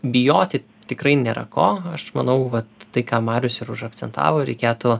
bijoti tikrai nėra ko aš manau vat tai ką marius ir užakcentavo reikėtų